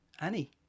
Annie